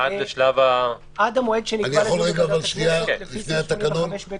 עד המועד שנקבע לדיון בוועדת הכנסת לפי סעיף 85(ב) לתקנון.